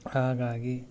ಹಾಗಾಗಿ